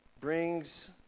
brings